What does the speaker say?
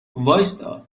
وایستا